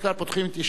אדוני